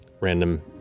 random